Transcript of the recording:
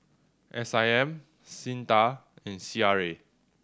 S I M SINDA and C R A